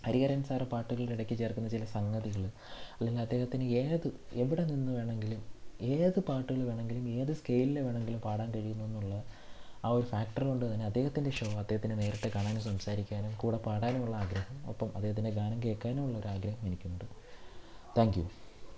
Hariharan sir പാട്ടുകളുടെ ഇടക്ക് ചേർക്കുന്ന ചില സംഗതികൾ അല്ലേൽ അദ്ദേഹത്തിന് ഏത് എവിടെ നിന്ന് വേണമെങ്കിലും ഏത് പാട്ടുകൾ വേണമെങ്കിലും ഏത് സ്കെയിലിൽ വേണമെങ്കിലും പാടാൻ കഴിയുന്നൂന്നുള്ള ആ ഒരു ഫാക്റ്ററ് കൊണ്ട് തന്നെ അദ്ദേഹത്തിൻ്റെ ഷോ അദ്ദേഹത്തിനെ നേരിട്ട് കാണാനും സംസാരിക്കാനും കൂടെ പാടാനുമുള്ള ആഗ്രഹം ഒപ്പം അദ്ദേഹത്തിൻ്റെ ഗാനം കേൾക്കാനും ഉള്ള ഒരാഗ്രഹം എനിക്കുണ്ട് താങ്ക് യു